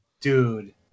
dude